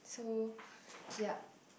so yup